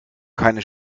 keine